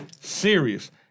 serious